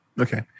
Okay